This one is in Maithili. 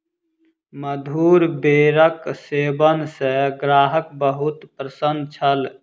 मधुर बेरक सेवन सॅ ग्राहक बहुत प्रसन्न छल